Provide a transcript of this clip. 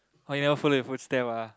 oh he want follow your footstep ah